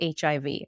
hiv